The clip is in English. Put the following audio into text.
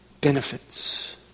benefits